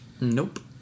Nope